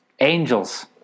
Angels